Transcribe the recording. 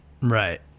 Right